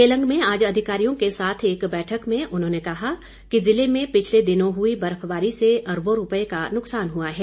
केलंग में आज अधिकारियों के साथ एक बैठक में उन्होंने कहा कि जिले में पिछले दिनों हुई बर्फबारी से अरबों रूपये का नुकसान हुआ है